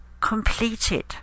completed